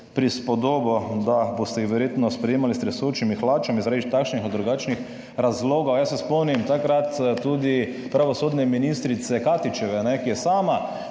prispodobo, da jih boste verjetno sprejemali s tresočimi hlačami zaradi takšnih ali drugačnih razlogov. Jaz se spomnim takrat tudi pravosodne ministrice Katičeve, ki je sama